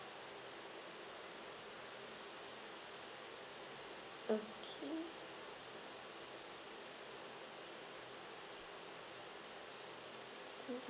okay